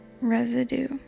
residue